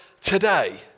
today